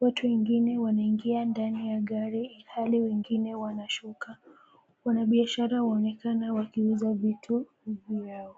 Watu wengine wanaingia ndani ya gari ilhali wengine wanashuka. Wanabiashara waonekana wakiuza vitu vyao.